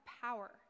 power